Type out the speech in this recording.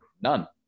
None